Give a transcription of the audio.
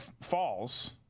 falls